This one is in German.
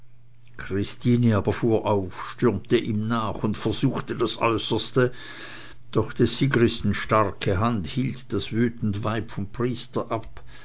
christine aber fuhr auf stürmte ihm nach und versuchte das äußerste doch des sigristen starke hand hielt das wütend weib vom priester ab